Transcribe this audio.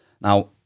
Now